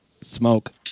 smoke